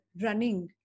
running